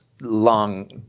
long